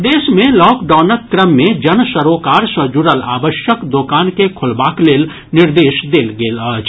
प्रदेश मे लॉकडाउनक क्रम मे जन सरोकार सँ जुड़ल आवश्यक दोकान के खोलबाक लेल निर्देश देल गेल अछि